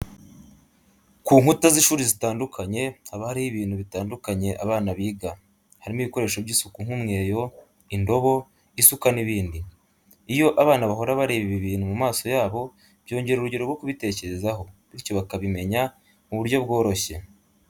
Ku nkuta z'ishuri zitandukanye haba hariho ibintu bitandukanye abana biga, harimo ibikoresho by'isuku nk'umweyo, indobo, isuka n'ibindi. Iyo abana bahora bareba ibi bintu mu maso yabo byongera urugero rwo kubitekerezaho, bityo bakabimenya mu buryo bworoshye.